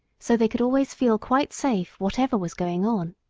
so they could always feel quite safe whatever was going on.